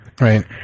Right